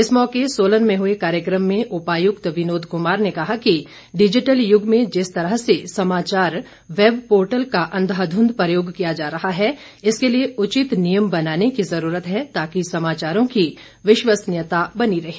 इस मौके सोलन में हुए कार्यक्रम में उपायुक्त विनोद कुमार ने कहा कि डिजिटल यूग में जिस तरह से समाचार वेब पोर्टल का अंधाध्ध्ध प्रयोग किया जा रहा है इसके लिए उचित नियम बनाने की जरूरत है ताकि समाचारों की विश्वसनीयता बनी रही